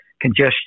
congestion